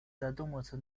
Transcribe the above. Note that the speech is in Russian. задуматься